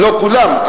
לא כולם,